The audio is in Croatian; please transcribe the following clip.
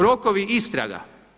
Rokovi istraga.